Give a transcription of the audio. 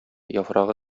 яфрагы